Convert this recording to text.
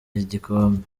igikombe